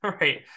Right